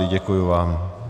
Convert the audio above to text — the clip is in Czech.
Děkuji vám.